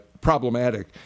problematic